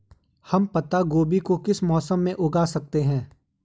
हम पत्ता गोभी को किस मौसम में उगा सकते हैं?